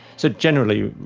so, generally,